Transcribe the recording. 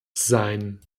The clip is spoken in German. sein